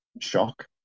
shock